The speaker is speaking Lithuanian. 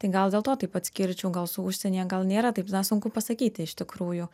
tai gal dėl to taip atskirčiau gal su užsienyje gal nėra taip na sunku pasakyti iš tikrųjų